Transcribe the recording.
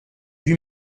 vue